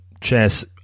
chess